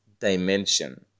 dimension